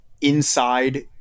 inside